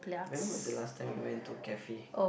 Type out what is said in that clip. when was the last time we went to a cafe